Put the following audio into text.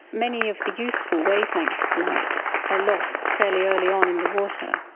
many of the useful wavelengths of light are lost fairly early on in the water.